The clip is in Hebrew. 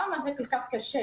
למה זה כל כך קשה?